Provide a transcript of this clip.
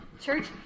church